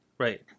Right